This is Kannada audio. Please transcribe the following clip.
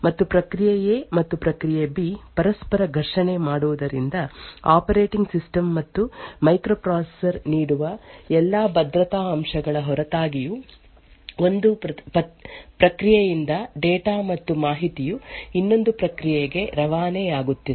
ಮತ್ತು ಪ್ರಕ್ರಿಯೆ A ಎ ಮತ್ತು ಪ್ರಕ್ರಿಯೆ B ಬಿ ಪರಸ್ಪರ ಘರ್ಷಣೆ ಮಾಡುವುದರಿಂದ ಆಪರೇಟಿಂಗ್ ಸಿಸ್ಟಮ್ ಮತ್ತು ಮೈಕ್ರೊಪ್ರೊಸೆಸರ್ ನೀಡುವ ಎಲ್ಲಾ ಭದ್ರತಾ ಅಂಶಗಳ ಹೊರತಾಗಿಯೂ ಒಂದು ಪ್ರಕ್ರಿಯೆಯಿಂದ ಡೇಟಾ ಮತ್ತು ಮಾಹಿತಿಯು ಇನ್ನೊಂದು ಪ್ರಕ್ರಿಯೆಗೆ ರವಾನೆಯಾಗುತ್ತದೆ